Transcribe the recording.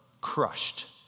crushed